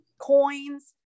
coins